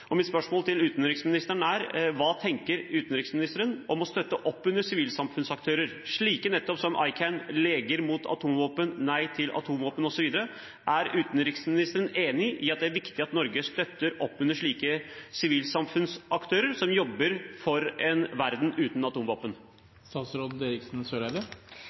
Mitt spørsmål til utenriksministeren er: Hva tenker hun om å støtte opp under sivilsamfunnsaktører, nettopp slike som ICAN, Norske leger mot atomvåpen, Nei til Atomvåpen, osv.? Er utenriksministeren enig i at det er viktig at Norge støtter opp under slike sivilsamfunnsaktører som jobber for en verden uten